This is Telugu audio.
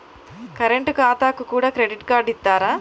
కరెంట్ ఖాతాకు కూడా క్రెడిట్ కార్డు ఇత్తరా?